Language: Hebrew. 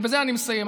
ובזה אני מסיים,